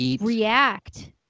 react